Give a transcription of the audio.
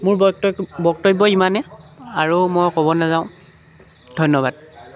মোৰ বক্ত বক্তব্য ইমানেই আৰু মই ক'ব নাযাওঁ ধন্যবাদ